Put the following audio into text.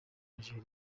nigeria